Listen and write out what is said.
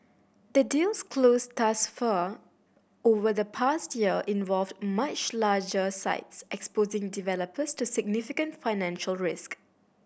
the deals closed thus far over the past year involved much larger sites exposing developers to significant financial risk